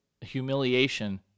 humiliation